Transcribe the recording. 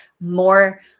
more